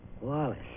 Wallace